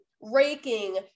Raking